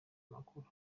makuru